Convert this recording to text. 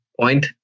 point